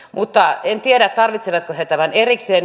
mutta en tiedä tarvitsevatko he tämän erikseen